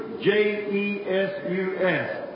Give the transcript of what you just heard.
J-E-S-U-S